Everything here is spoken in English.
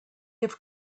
have